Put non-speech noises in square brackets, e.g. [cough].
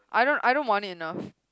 I don't I don't want it enough [breath]